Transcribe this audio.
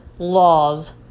laws